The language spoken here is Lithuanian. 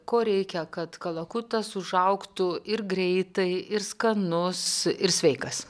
ko reikia kad kalakutas užaugtų ir greitai ir skanus ir sveikas